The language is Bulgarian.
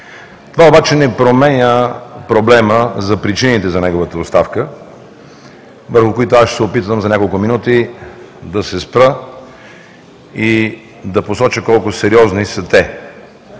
Това обаче не променя проблема за причините за неговата оставка, върху които аз ще се опитам за няколко минути да се спра и да посоча колко сериозни са те,